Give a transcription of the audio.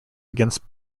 against